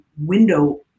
window